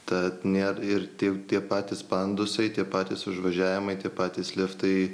tad ne ir tie tie patys pandusai tie patys užvažiavimai tie patys liftai